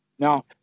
Now